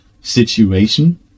situation